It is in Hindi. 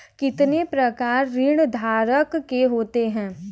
कितने प्रकार ऋणधारक के होते हैं?